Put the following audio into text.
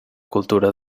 cultura